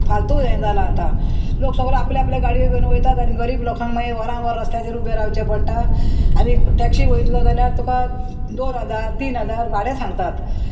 फालतू हें जालां आतां लोक सगलो आपले आपले गाडयो घेवन वयतात आनी गरीब लोकांक मागीर वरां वर रस्त्याचेर उबें रावचें पडटा आनी टॅक्सी वयतलो जाल्यार तुका दोन हजार तीन हजार भाडें सांगतात